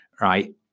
Right